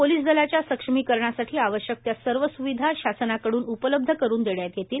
police दलाच्या सक्षमीकरणासाठी आवश्यक त्या सर्व स्विधा शासनाकड्न उपलब्ध करुन देण्यात येतील